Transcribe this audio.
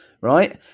right